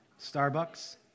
Starbucks